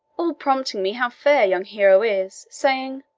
all prompting me how fair young hero is, saying,